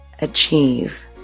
achieve